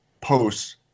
posts